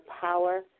power